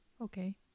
Okay